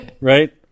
right